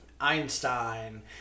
Einstein